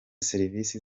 serivisi